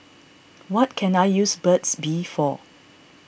what can I use Burt's Bee for